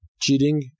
cheating